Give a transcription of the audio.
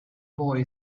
boy